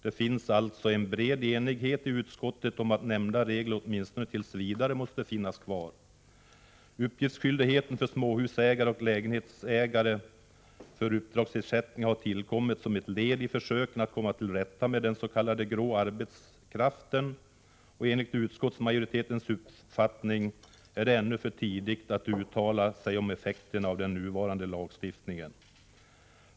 Det finns alltså en bred enighet i utskottet Vissa uppbördsom att nämnda regler åtminstone tills vidare måste finnas kvar. Uppgiftsskyloch taxeringsfrågor digheten för småhusägare och lägenhetsägare för uppdragsersättningar har m.m. tillkommit som ett led i försöken att komma till rätta med den s.k. grå arbetskraften. Enligt utskottsmajoritetens uppfattning är det ännu för tidigt att uttala sig om effekterna av den nuvarande lagstiftningen.